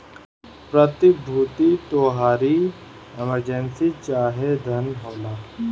प्रतिभूति तोहारी इमर्जेंसी चाहे धन होला